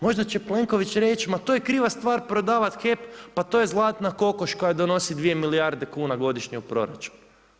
Možda će Plenković reći, ma to je kriva stvar prodavati HEP, pa to je zlatna kokoš koja donosi dvije milijarde kuna godišnje u proračun.